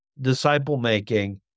disciple-making